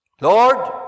Lord